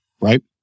right